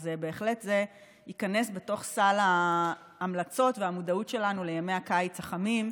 אז בהחלט זה ייכנס בתוך סל ההמלצות והמודעות שלנו לימי הקיץ החמים,